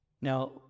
Now